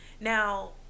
now